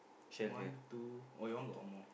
one two or your one got one more